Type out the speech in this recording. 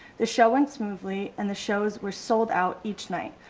the show went smoothly and the shows were sold out each night.